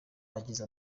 agize